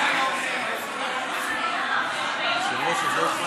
אדוני היושב-ראש, עוד לא,